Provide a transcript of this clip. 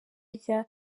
rya